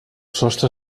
sostre